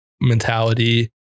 mentality